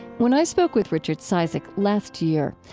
when i spoke with richard cizik last year,